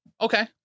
Okay